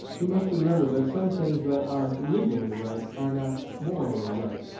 you must remember that some things that are legally right are not morally right.